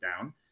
down